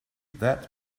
that